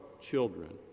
children